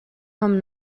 vom